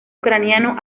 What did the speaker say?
ucraniano